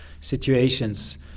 situations